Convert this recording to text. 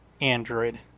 Android